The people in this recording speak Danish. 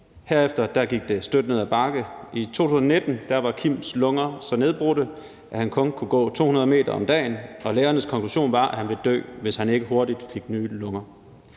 Herefter gik det støt ned ad bakke. I 2019 var Kims lunger så nedbrudte, at han kun kunne gå 200 m om dagen, og lægernes konklusion var, at han ville dø, hvis han ikke hurtigt fik nye lunger.